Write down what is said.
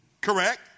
correct